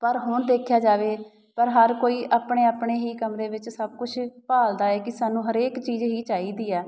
ਪਰ ਹੁਣ ਦੇਖਿਆ ਜਾਵੇ ਪਰ ਹਰ ਕੋਈ ਆਪਣੇ ਆਪਣੇ ਹੀ ਕਮਰੇ ਵਿੱਚ ਸਭ ਕੁਛ ਭਾਲਦਾ ਹੈ ਕਿ ਸਾਨੂੰ ਹਰੇਕ ਚੀਜ਼ ਹੀ ਚਾਹੀਦੀ ਆ